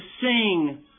sing